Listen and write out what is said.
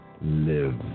live